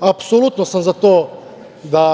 Apsolutno sam za to da